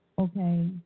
Okay